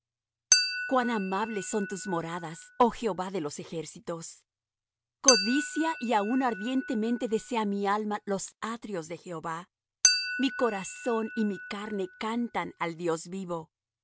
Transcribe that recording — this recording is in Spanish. cuan amables son tus moradas oh jehová de los ejércitos codicia y aun ardientemente desea mi alma los atrios de jehová mi corazón y mi carne cantan al dios vivo